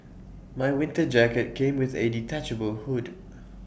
my winter jacket came with A detachable hood